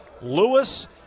Lewis